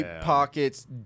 pockets